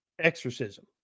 exorcism